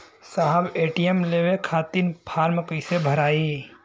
साहब ए.टी.एम लेवे खतीं फॉर्म कइसे भराई?